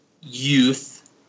youth